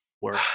work